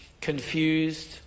confused